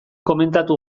komentatu